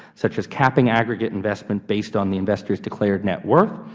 such as capping aggregate investment based on the investor's declared net worth,